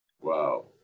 wow